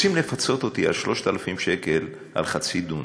רוצים לפצות אותי 3,000 שקל על חצי דונם.